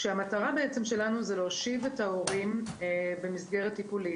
המטרה שלנו זה להושיב את ההורים במסגרת טיפולית.